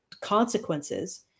consequences